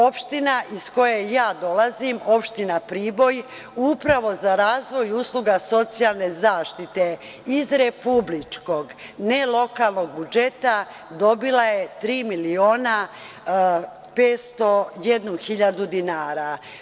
Opština iz koje dolazim, opština Priboj upravo za razvoj usluga socijalne zaštite iz republičkog, ne lokalnog budžeta dobila je tri miliona 501 hiljadu dinara.